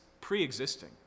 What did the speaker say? pre-existing